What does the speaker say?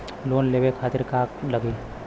Loan लेवे खातीर का का लगी?